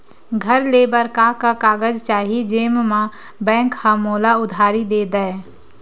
घर ले बर का का कागज चाही जेम मा बैंक हा मोला उधारी दे दय?